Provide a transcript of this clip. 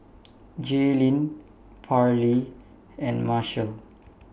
Jaylene Parlee and Marshall